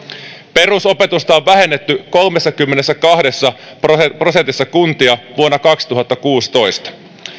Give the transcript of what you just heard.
perusopetusta on vähennetty kolmessakymmenessäkahdessa prosentissa kuntia vuonna kaksituhattakuusitoista